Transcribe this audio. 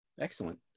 Excellent